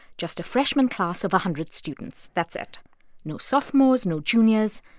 just a freshman class of a hundred students. that's it no sophomores, no juniors,